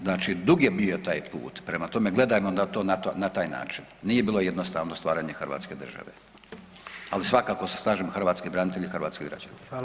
Znači dug je bio taj put, prema tome gledajmo to na taj način, nije bilo jednostavno stvaranje Hrvatske države, ali svakako se slažem hrvatski branitelji i hrvatski građani naravno.